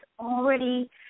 already